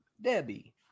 Debbie